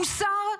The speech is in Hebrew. מוסר,